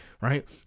right